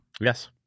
Yes